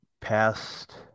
past